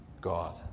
God